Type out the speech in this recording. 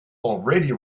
already